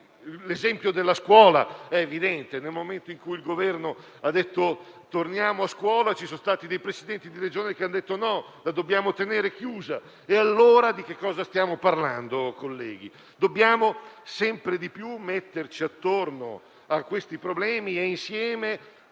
L'esempio della scuola è evidente: nel momento in cui il Governo ha detto «torniamo a scuola», ci sono stati dei Presidenti di Regione che hanno detto no, la dobbiamo tenere chiusa. Allora di che cosa stiamo parlando, colleghi? Dobbiamo sempre più metterci attorno a questi problemi e insieme,